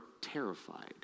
terrified